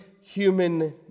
human